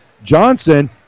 Johnson